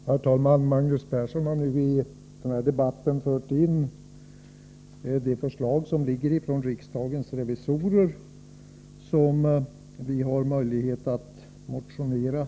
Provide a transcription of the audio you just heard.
Herr talman! Magnus Persson har nu i debatten fört in det förslag från Onsdagen den riksdagens revisorer som vi har möjlighet att motionera om.